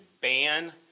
ban